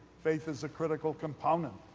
faith is a critical component.